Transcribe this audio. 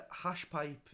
Hashpipe